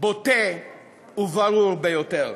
בוטה וברור ביותר.